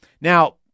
Now